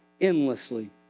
endlessly